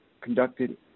conducted